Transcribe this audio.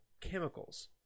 chemicals